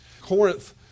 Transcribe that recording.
Corinth